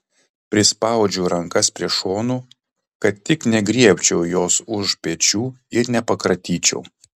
prispaudžiu rankas prie šonų kad tik negriebčiau jos už pečių ir nepakratyčiau